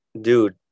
dude